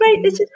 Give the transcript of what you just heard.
great